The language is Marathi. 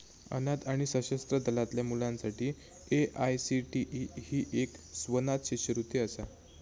अनाथ आणि सशस्त्र दलातल्या मुलांसाठी ए.आय.सी.टी.ई ही एक स्वनाथ शिष्यवृत्ती असा